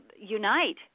unite